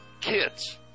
kids